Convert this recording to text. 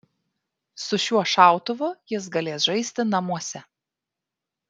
su šiuo šautuvu jis galės žaisti namuose